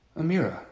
Amira